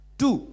two